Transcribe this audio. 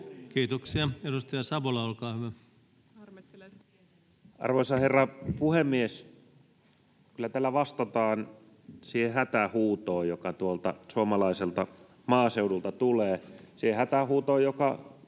Kiitoksia. — Edustaja Savola, olkaa hyvä. Arvoisa herra puhemies! Kyllä täällä vastataan siihen hätähuutoon, joka tuolta suomalaiselta maaseudulta tulee. Siihen hätähuutoon, joka